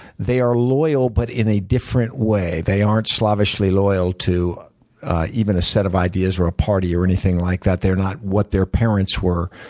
they are loyal, but in a different way. they aren't slavishly loyal to even a set of ideas or a party, or anything like that. they're not what their parents were,